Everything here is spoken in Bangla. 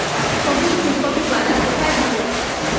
সবুজ ফুলকপির বাজার কোথায় ভালো?